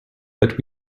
but